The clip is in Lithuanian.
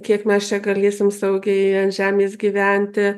kiek mes čia galėsim saugiai ant žemės gyventi